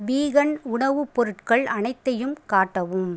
vegan உணவுப் பொருட்கள் அனைத்தையும் காட்டவும்